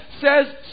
says